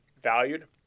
Valued